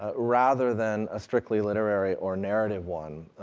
ah rather than a strictly literary or narrative one,